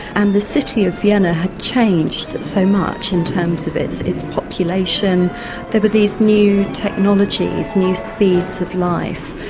and the city of vienna had changed so much in terms of its its population there were these new technologies, new speeds of life,